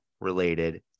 related